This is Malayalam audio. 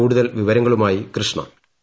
കൂടുതൽ വിവരങ്ങളുമായി കൃഷ്ണി